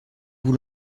vous